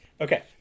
Okay